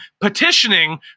petitioning